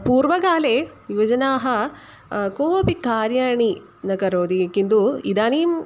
पूर्वकाले युवजनाः कान्यपि कार्याणि न करोति किन्तु इदानीम्